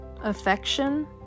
affection